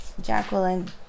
Jacqueline